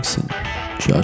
Josh